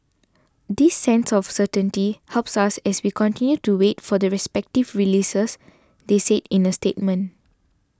this sense of certainty helps us as we continue to wait for the respective releases they said in a statement